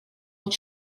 will